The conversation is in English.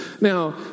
now